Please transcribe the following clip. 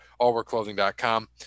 Allworkclothing.com